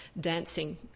dancing